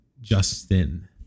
Justin